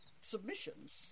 submissions